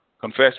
Confess